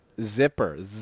Zipper